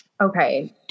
Okay